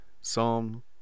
Psalm